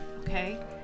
Okay